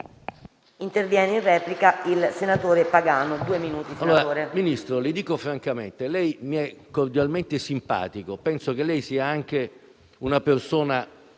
intervenire in replica il senatore Pagano,